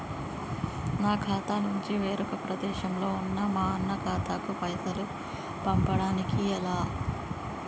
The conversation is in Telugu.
నా ఖాతా నుంచి వేరొక ప్రదేశంలో ఉన్న మా అన్న ఖాతాకు పైసలు పంపడానికి ఎలా?